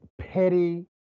petty